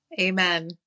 Amen